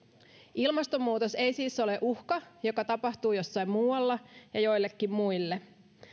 ilmastonmuutos ei siis ole uhka joka tapahtuu jossain muualla ja joillekin muille